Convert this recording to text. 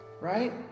Right